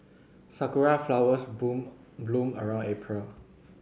sakura flowers bloom bloom around April